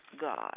God